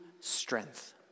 strength